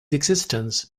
existence